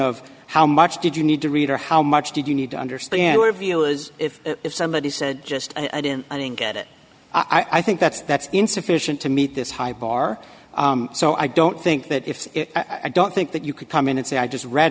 of how much did you need to read or how much did you need to understand what a view is if if somebody said just i didn't get it i think that's that's insufficient to meet this high bar so i don't think that if i don't think that you could come in and say i just read